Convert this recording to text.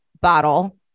bottle